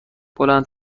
بلند